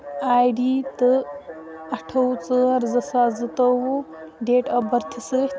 آے D تہٕ آٹھووہ ژور زٕ ساس زٕتووُہ ڈیٹ آف بٔرتھ سۭتۍ